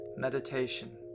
Meditation